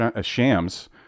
Shams